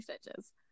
stitches